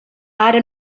ara